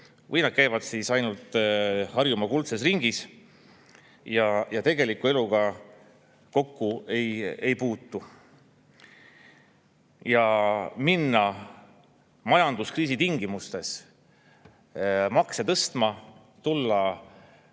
või nad käivad ainult Harjumaa kuldses ringis ja tegeliku eluga kokku ei puutu. Minnes majanduskriisi tingimustes makse tõstma, tulles